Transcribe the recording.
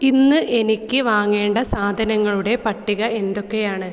ഇന്ന് എനിക്ക് വാങ്ങേണ്ട സാധനങ്ങളുടെ പട്ടിക എന്തൊക്കെയാണ്